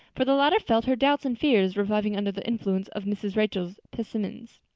for the latter felt her doubts and fears reviving under the influence of mrs. rachel's pessimism.